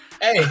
Hey